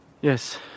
Yes